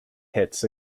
hits